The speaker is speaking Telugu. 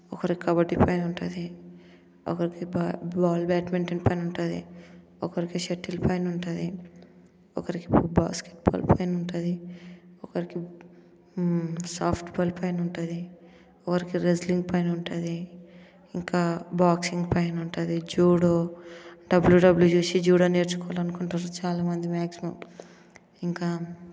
ఒకరికి కబడ్డీ పైన ఉంటుంది ఒకరికి బాల్ బాల్ బ్యాడ్మింటన్ పైన ఉంటుంది ఒకరికి షటిల్ పైన ఉంటుంది ఒకరికి బాస్కెట్బాల్ పైన ఉంటుంది ఒకరికి సాఫ్ట్ బాల్ పైన ఉంటుంది ఒకరికి రెజ్లింగ్ పైన ఉంటుంది ఇంకా బాక్సింగ్ పైన ఉంటుంది జూడో డబ్ల్యూడబ్ల్యూ చూసి జూడో నేర్చుకుందాం అనుకుంటారు చాలామంది మ్యాగ్జిమం ఇంకా